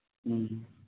ꯎꯝ